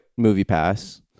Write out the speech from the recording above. MoviePass